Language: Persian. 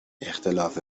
اختلاف